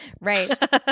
Right